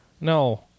No